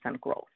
growth